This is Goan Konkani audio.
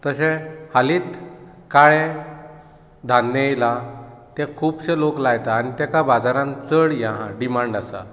तशें हालींत काळे धान्य एयलां तें खूब शे लोक लायता आनी तेका बाजारान चड ये आहा डिमांड आसा